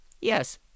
Yes